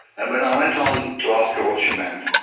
and when i went on to ask her what she meant,